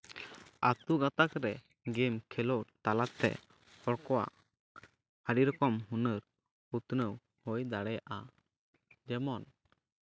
ᱟᱹᱛᱩ ᱜᱟᱛᱟᱠ ᱨᱮ ᱜᱮᱢ ᱠᱷᱮᱞᱳᱰ ᱛᱟᱞᱟᱛᱮ ᱦᱚᱲ ᱠᱚᱣᱟᱜ ᱟᱹᱰᱤ ᱨᱚᱠᱚᱢ ᱦᱩᱱᱟᱹᱨ ᱩᱛᱱᱟᱹᱣ ᱦᱩᱭ ᱫᱟᱲᱮᱭᱟᱜᱼᱟ ᱡᱮᱢᱚᱱ